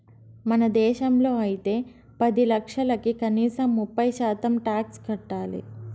మన దేశంలో అయితే పది లక్షలకి కనీసం ముప్పై శాతం టాక్స్ కట్టాలి